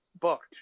booked